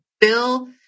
bill